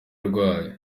rwayo